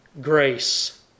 grace